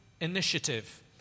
initiative